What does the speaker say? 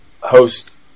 host